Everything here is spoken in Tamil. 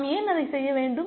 நாம் ஏன் அதை செய்ய வேண்டும்